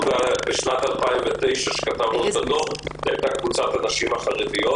בשנת 2009 כשכתבנו את הדוח הייתה קבוצת הנשים החרדיות,